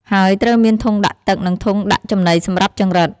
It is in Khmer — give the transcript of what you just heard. ហើយត្រូវមានធុងដាក់ទឹក និងធុងដាក់ចំណីសម្រាប់ចង្រិត។